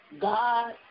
God